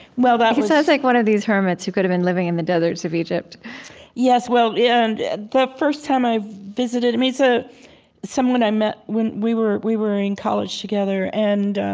well, that was, he sounds like one of these hermits who could've been living in the deserts of egypt yes. well, yeah and the first time i visited him he's ah someone i met when we were we were in college together. and